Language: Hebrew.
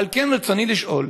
על כן, רצוני לשאול: